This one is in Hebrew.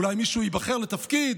אולי מישהו ייבחר לתפקיד,